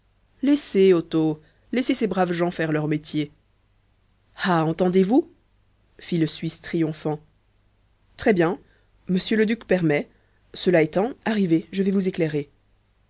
laissez otto laissez ces braves gens faire leur métier ah entendez-vous fit le suisse triomphant très-bien m le duc permet cela étant arrivez je vais vous éclairer